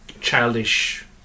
childish